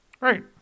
Right